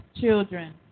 children